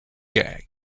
gag